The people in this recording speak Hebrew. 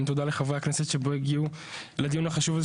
תודה לחברי הכנסת שהגיעו לדיון החשוב הזה,